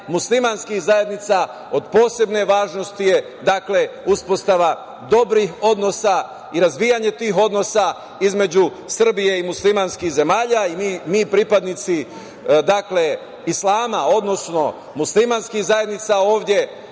muslimanskih zajednica, od posebne važnosti je uspostava dobrih odnosa i razvijanje tih odnosa između Srbije i muslimanskih zemalja. Mi pripadnici Islama, odnosno muslimanskih zajednica ovde,